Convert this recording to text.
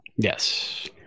Yes